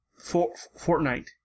Fortnite